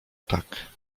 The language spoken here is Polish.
tak